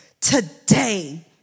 today